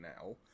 now